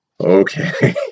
Okay